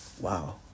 Wow